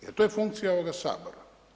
Jer to je funkcija ovoga Sabora.